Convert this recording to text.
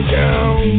down